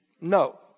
No